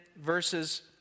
verses